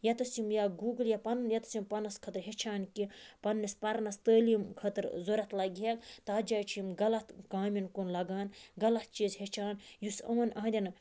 ییٚتَس یِم یا گوٗگل پَنن ییٚتَس یِم پانَس خٲطرٕ ہیٚچھہٕ ہَن کینٛہہ پَننِس پَرنَس تعلیٖم خٲطرٕ ضوٚرَتھ لَگہِ ہَکھ تتھ جایہِ چھِ یِم غَلَط کامٮ۪ن کُن لَگان غَلَط چیٖز ہیٚچھان یُس یِمن یِہندٮ۪ن